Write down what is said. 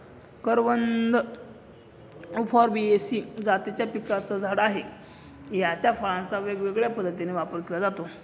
करवंद उफॉर्बियेसी जातीच्या पिकाचं झाड आहे, याच्या फळांचा वेगवेगळ्या पद्धतीने वापर केला जातो